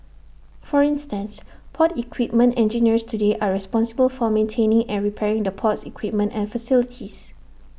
for instance port equipment engineers today are responsible for maintaining and repairing the port's equipment and facilities